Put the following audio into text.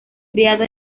criado